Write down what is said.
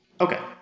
Okay